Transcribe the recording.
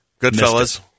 Goodfellas